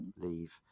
Leave